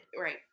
Right